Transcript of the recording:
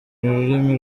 rurimi